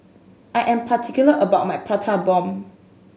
I am particular about my Prata Bomb